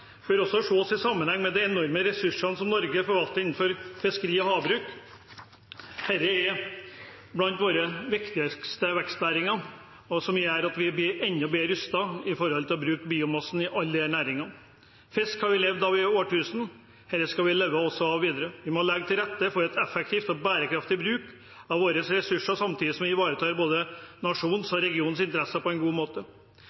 satsingen også gode muligheter for å utnytte skogressursene i hele landet. Som industrisatsingen bør dette ses i sammenheng med de enorme ressursene Norge forvalter innen fiskeri og havbruk. Dette er blant våre viktigste vekstnæringer, som gjør at vi blir enda bedre rustet til å bruke biomassen i alle disse næringene. Fisk har vi levd av i årtusener, og vi skal leve av det videre. Vi må legge til rette for effektiv og bærekraftig bruk av våre ressurser, samtidig som vi ivaretar både